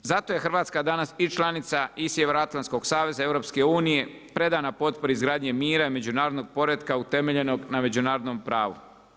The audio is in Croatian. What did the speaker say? Zato je Hrvatska danas i članica i Sjevernoatlantskog saveza EU predana potpori izgradnje mira i međunarodnog poretka utemeljenog na međunarodnom pravu.